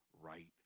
right